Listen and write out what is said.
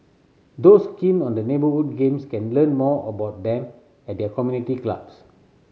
those keen on the neighbourhood games can learn more about them at their community clubs